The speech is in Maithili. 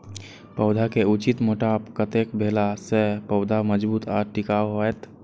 पौधा के उचित मोटापा कतेक भेला सौं पौधा मजबूत आर टिकाऊ हाएत?